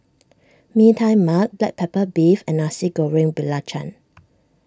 Mee Tai Mak Black Pepper Beef and Nasi Goreng Belacan